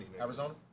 Arizona